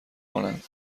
کنند